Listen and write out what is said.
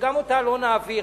שגם אותה לא נעביר,